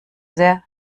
sehr